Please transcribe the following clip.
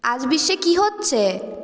আজ বিশ্বে কী হচ্ছে